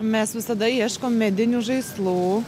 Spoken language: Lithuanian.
mes visada ieškom medinių žaislų